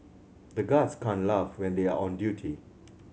the guards can't laugh when they are on duty